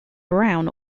brown